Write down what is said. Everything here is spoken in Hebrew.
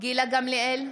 גילה גמליאל,